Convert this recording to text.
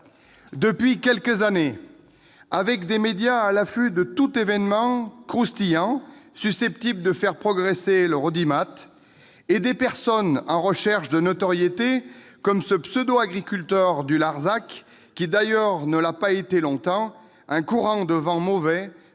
depuis quelques années, avec des médias à l'affût de tout événement croustillant susceptible de faire progresser leur audimat, et des personnes en recherche de notoriété, comme ce pseudo-agriculteur du Larzac, qui d'ailleurs ne l'a pas été longtemps, un courant de vents mauvais